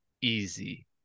easy